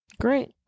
Great